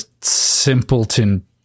simpleton